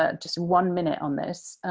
ah just one minute on this.